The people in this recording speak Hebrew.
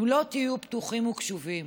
אם לא תהיו פתוחים וקשובים,